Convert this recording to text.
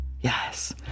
Yes